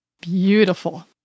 Beautiful